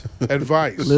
Advice